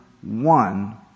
one